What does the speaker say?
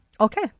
Okay